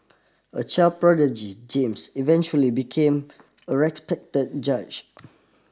a child prodigy James eventually became a respected judge